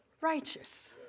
righteous